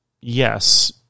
Yes